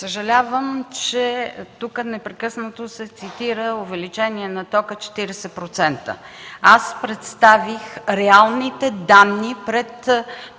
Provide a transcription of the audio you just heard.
Съжалявам, че тук непрекъснато се цитира увеличение на тока – 40%. Аз представих реалните данни пред